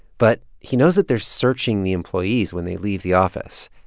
but he knows that they're searching the employees when they leave the office.